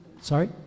sorry